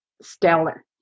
stellar